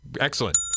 Excellent